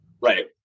Right